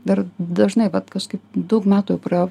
dar dažnai vat kažkaip daug metų jau praėjo